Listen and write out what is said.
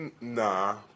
nah